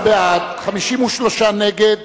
17 בעד, 53 נגד,